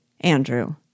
ANDREW